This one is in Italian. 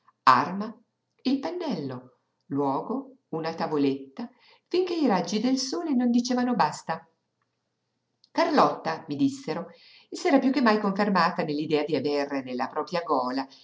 arma il pennello luogo una tavoletta finché i raggi del sole non dicevano basta carlotta mi dissero s'era piú che mai confermata nell'idea d'aver nella propria gola